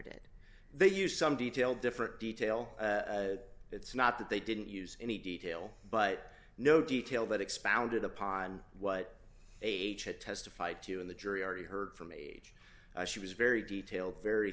did they used some detail different detail it's not that they didn't use any detail but no detail but expounded upon what age had testified to in the jury already heard from age she was very detailed very